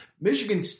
Michigan